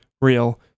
real